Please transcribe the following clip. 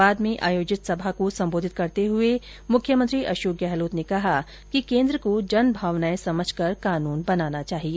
बाद में आयोजित सभा को सम्बोधित करते हुए मुख्यमंत्री अशोक गहलोत ने कहा कि केन्द्र को जनभावनाएं समझकर कानून बनाना चाहिए